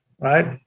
right